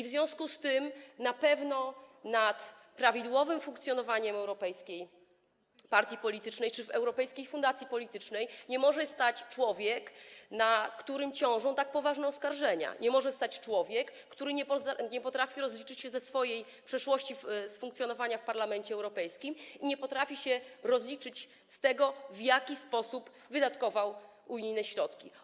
W związku z tym na pewno nadzoru nad prawidłowym funkcjonowaniem europejskiej partii politycznej czy europejskiej fundacji politycznej nie może sprawować człowiek, na którym ciążą tak poważne oskarżenia, nie może sprawować człowiek, który nie potrafi rozliczyć się ze swojej przeszłości, z funkcjonowania w Parlamencie Europejskim i nie potrafi się rozliczyć z tego, w jaki sposób wydatkował unijne środki.